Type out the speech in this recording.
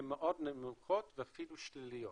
הן מאוד נמוכות ואפילו שליליות.